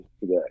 today